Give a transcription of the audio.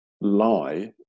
lie